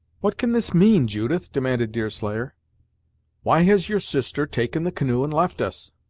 what can this mean, judith? demanded deerslayer why has your sister taken the canoe, and left us?